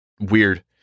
weird